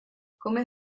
come